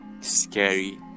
scary